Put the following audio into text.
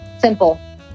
Simple